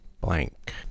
blank